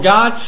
God